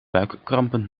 buikkrampen